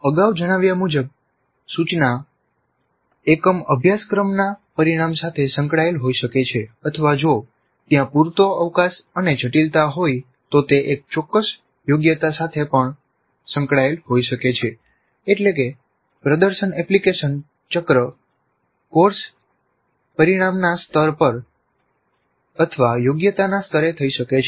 અગાઉ જણાવ્યા મુજબ સૂચના એકમ અભ્યાસક્રમના પરિણામ સાથે સંકળાયેલ હોઈ શકે છે અથવા જો ત્યાં પૂરતો અવકાશ અને જટિલતા હોય તો તે એક ચોક્કસ યોગ્યતા સાથે પણ સંકળાયેલ હોઈ શકે છે એટલે કે પ્રદર્શન એપ્લિકેશન ચક્ર કોર્સ પરિણામના સ્તર પર અથવા યોગ્યતાના સ્તરે થઈ શકે છે